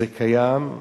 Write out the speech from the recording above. זה קיים,